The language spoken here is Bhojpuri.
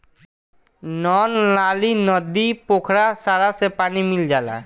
नल नाली, नदी, पोखरा सारा से पानी मिल जाला